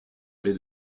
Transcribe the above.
aller